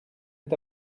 est